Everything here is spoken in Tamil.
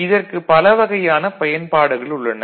இதற்கு பல வகையான பயன்பாடுகள் உள்ளன